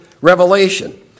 revelation